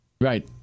Right